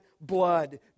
blood